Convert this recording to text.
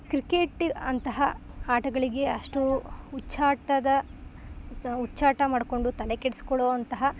cricket ಅಂತಹ ಆಟಗಳಿಗೆ ಅಷ್ಟು ಹುಚ್ಚಾಟದ ಹುಚ್ಚಾಟ ಮಾಡಿಕೊಂಡು ತಲೆ ಕೆಡಿಸ್ಕೊಳ್ಳೋಅಂತಹ